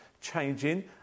changing